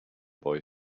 boy